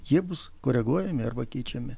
jie bus koreguojami arba keičiami